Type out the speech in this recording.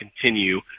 continue